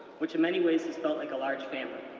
which in many ways has felt like a large family,